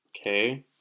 Okay